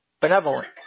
benevolent